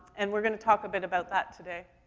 and we're gonna talk a bit about that today.